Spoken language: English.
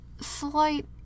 slight